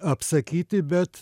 apsakyti bet